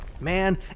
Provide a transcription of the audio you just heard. Man